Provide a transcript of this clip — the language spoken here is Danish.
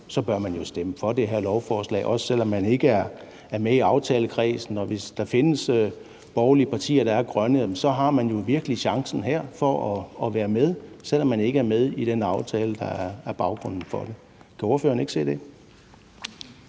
bør stemme for det her lovforslag, også selv om man ikke er med i aftalekredsen. Og hvis der findes borgerlige partier, der er grønne, så har man jo virkelig chancen her for at være med, selv om man ikke er med i den aftale, der er baggrunden for det. Kan ordføreren ikke se det?